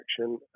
action